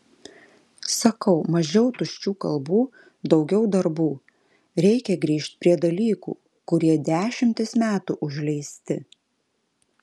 sakau mažiau tuščių kalbų daugiau darbų reikia grįžt prie dalykų kurie dešimtis metų užleisti